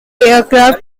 aircraft